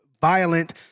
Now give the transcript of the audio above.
violent